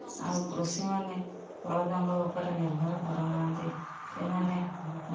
ଆଉ କୃଷିମାନେ ବଳଦଙ୍କ ଉପରେ ନିର୍ଭର କରୁନାହାନ୍ତି ଏମାନେ